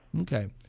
Okay